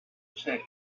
check